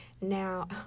Now